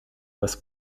was